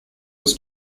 its